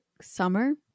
summer